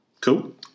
cool